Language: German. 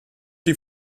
die